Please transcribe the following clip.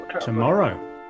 tomorrow